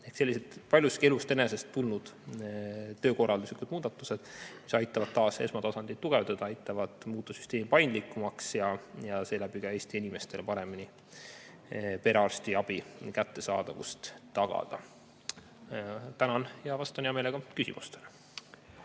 on sellised, paljuski elust enesest tulnud töökorralduslikud muudatused, mis aitavad taas esmatasandit tugevdada, aitavad muuta süsteemi paindlikumaks ja seeläbi ka Eesti inimestele paremini perearstiabi kättesaadavust tagada. Tänan! Vastan hea meelega küsimustele.